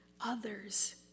others